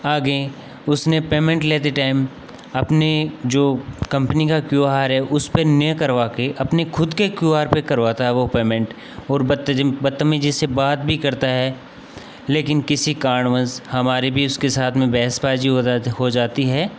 आगे उसने पेमेंट लेते टाइम अपनी जो कम्पनी का क्यू आर है उसपर ना करवा के अपने ख़ूद के क्यू आर पर करवाता है वे पेमेंट और बदतमीज़ी से बात भी करता है लेकिन किसी कारणवश हमारे भी उसके साथ में बहसबाज़ी होरा थ हो जाती है